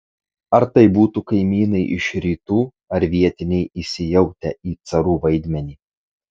ar tai būtų kaimynai iš rytų ar vietiniai įsijautę į carų vaidmenį